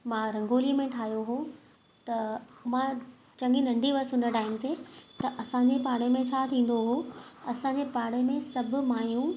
मां रंगोलीअ में ठाहियो हो त मां चङी नंढी हुअसि उन टाईम ते त असांजे पाड़े में छा थींदो हो असांजे पाड़े में सभु मायूं